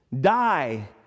die